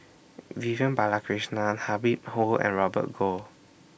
Vivian Balakrishnan Habib horn and Robert Goh